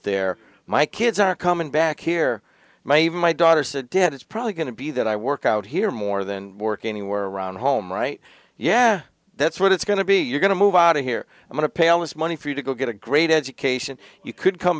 there my kids are coming back here my even my daughter said dad it's probably going to be that i work out here more than work anywhere around home right yeah that's what it's going to be you're going to move out of here i'm going to paleness money for you to go get a great education you could come